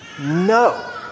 No